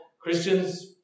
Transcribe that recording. Christians